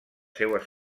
seues